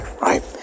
right